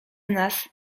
nas